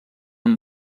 amb